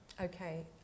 Okay